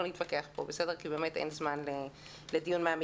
לא נתווכח פה, כי באמת אין זמן לדיון מעמיק.